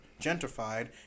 gentrified